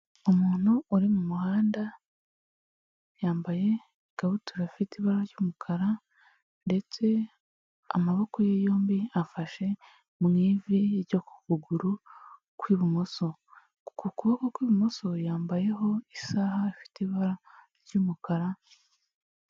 Umuntu uri mu muhanda yambaye ikabutura ifite ibara ry'umukara ndetse amaboko ye yombi afashe mu ivi ryo ku kuguru kw'ibumoso. Uko ku kuboko kw'imoso yambayeho isaha ifite ibara ry'umukara.